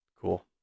cool